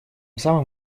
самым